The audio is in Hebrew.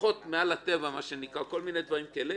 כוחות מעל הטבע או כל מיני דברים כאלה,